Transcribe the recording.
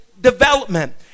development